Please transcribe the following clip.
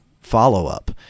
follow-up